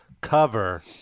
cover